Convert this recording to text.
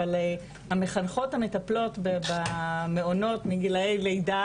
אבל המחנכות המטפלות במעונות מגילאי לידה